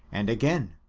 and again,